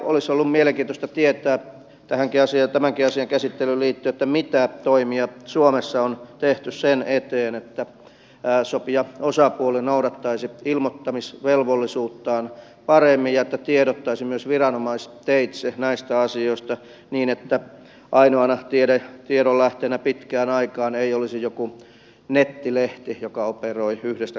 olisi ollut mielenkiintoista tietää tämänkin asian käsittelyyn liittyen mitä toimia suomessa on tehty sen eteen että sopijaosapuoli noudattaisi ilmoittamisvelvollisuuttaan paremmin ja että tiedottaisi myös viranomaisteitse näistä asioista niin että ainoana tiedonlähteenä pitkään aikaan ei olisi joku nettilehti joka operoi yhdestä kaupungista